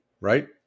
right